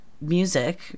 music